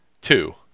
Two